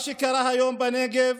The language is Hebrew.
מה שקרה היום בנגב